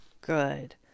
good